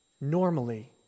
normally